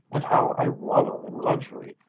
and how i wallow in luxury,